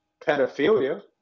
pedophilia